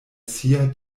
sia